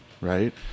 right